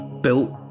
built